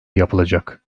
yapılacak